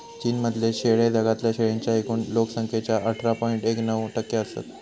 चीन मधले शेळे जगातल्या शेळींच्या एकूण लोक संख्येच्या अठरा पॉइंट एक नऊ टक्के असत